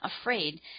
afraid